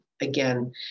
Again